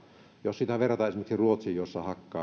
jos sitä verrataan esimerkiksi ruotsiin jossa